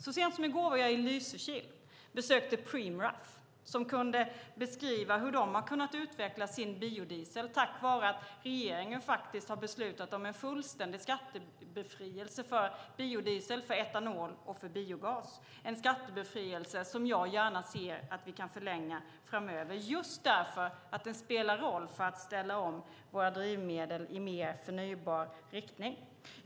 Så sent som i går var jag i Lysekil och besökte Preemraff där de kunde beskriva hur de har kunnat utveckla sin biodiesel tack vare att regeringen faktiskt har beslutat om en fullständig skattebefrielse för biodiesel, etanol och biogas, en skattebefrielse som jag gärna ser att vi kan förlänga framöver just därför att den spelar roll för att ställa om våra drivmedel i mer förnybar riktning.